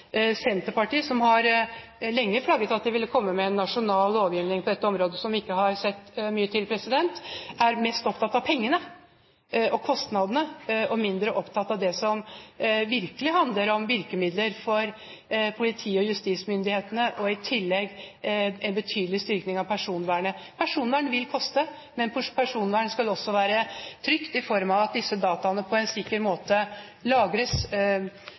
Senterpartiet, som lenge har flagget at de ville komme med en nasjonal lovgivning på dette området – som vi ikke har sett mye til – er mest opptatt av kostnadene, og mindre opptatt av det som virkelig handler om virkemidler for politi- og justismyndighetene, og i tillegg en betydelig styrking av personvernet. Personvern vil koste, men personvern skal også være trygt i form av at dataene lagres på en sikker og forsvarlig måte,